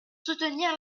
soutenir